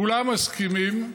כולם מסכימים,